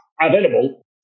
available